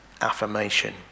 affirmation